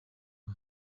ubu